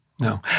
No